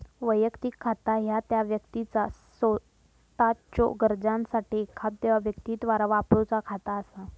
वैयक्तिक खाता ह्या त्या व्यक्तीचा सोताच्यो गरजांसाठी एखाद्यो व्यक्तीद्वारा वापरूचा खाता असा